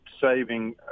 saving